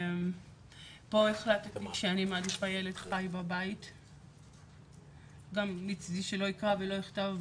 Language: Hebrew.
פה החלטתי שאני מעדיפה ילד חיי בבית ומצידי שלא ייקרא ולא יכתוב,